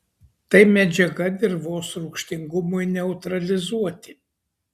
tai medžiaga dirvos rūgštingumui neutralizuoti